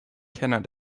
kenner